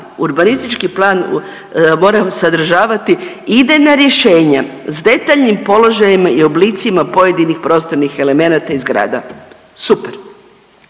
urbanistički plan mora sadržavati idejna rješenja s detaljnim položajem i oblicima pojedinih prostornih elemenata i zgrada. Super.